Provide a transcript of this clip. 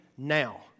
Now